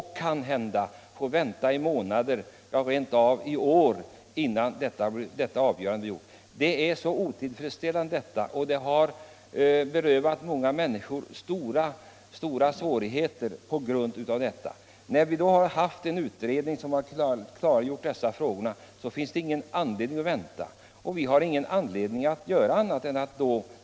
Han kan få vänta i månader, ja, rent av iår innan avgörandet har träffats. Det är ett otillfredsställande förhållande och det har berett många människor stora svårigheter. När en utredning nu har klargjort dessa frågor finns det igen anledning att vänta.